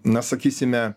na sakysime